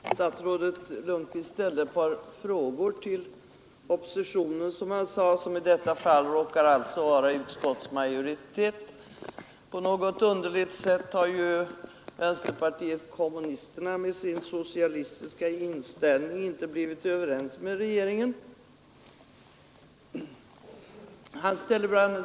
Fru talman! Statsrådet Lundkvist ställde ett par frågor till ”oppositionen”, som i detta fall råkar vara utskottsmajoritet — på något underligt sätt har vänsterpartiet kommunisterna med sin socialistiska inställning inte blivit överens med regeringen.